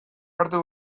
hartu